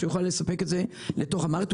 והוא יוכל לספק את זה לתוך המערכת.